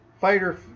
fighter